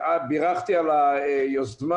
בירכתי על היוזמה.